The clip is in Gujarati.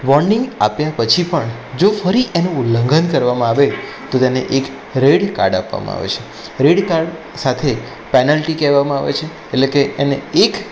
વોર્નિંગ આપ્યા પછી પણ જો ફરી એ ઉલ્લંઘન કરવામાં આવે તો તેને એક રેડ કાડ આપવામાં આવે છે રેડ કાડ સાથે પેનલ્ટી કહેવામાં આવે છે એટલે કે એને એક